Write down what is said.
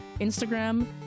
Instagram